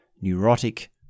neurotic